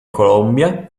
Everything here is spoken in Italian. colombia